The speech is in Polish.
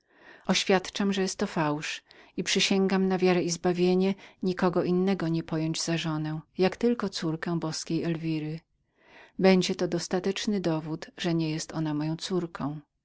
oświadczam że to jest fałsz i przysięgam na wiarę i zbawienie nikogo innego nie pojąć za żonę jak tylko córkę boskiej elwiry będzie to dostateczny dowód że ona nie jest moją córką